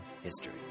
history